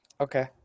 Okay